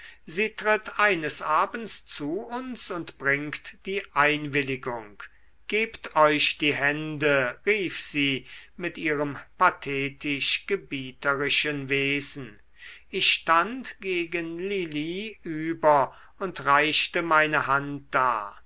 sie tritt eines abends zu uns und bringt die einwilligung gebt euch die hände rief sie mit ihrem pathetisch gebieterischen wesen ich stand gegen lili über und reichte meine hand dar